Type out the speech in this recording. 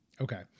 Okay